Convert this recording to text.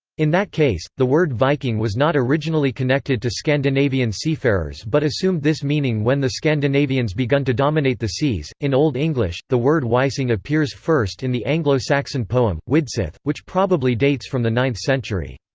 in that case, the word viking was not originally connected to scandinavian seafarers but assumed this meaning when the scandinavians begun to dominate the seas in old english, the word wicing appears first in the anglo-saxon poem, widsith, which probably dates from the ninth century.